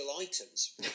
items